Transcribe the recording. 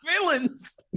villains